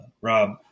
Rob